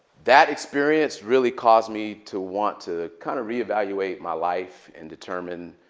that experience really caused me to want to kind of re-evaluate my life and determine,